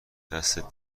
دستت